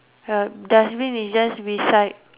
the dustbin is just beside